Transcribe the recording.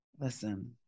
Listen